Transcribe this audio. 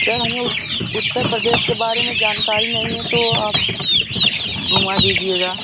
sir हमें उत्तर प्रदेश के बारे में जानकारी नहीं है तो आप घूमा दीजिएगा